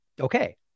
Okay